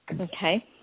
Okay